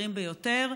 הבכירים ביותר.